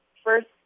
first